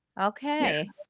Okay